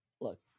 look